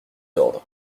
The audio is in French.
ordres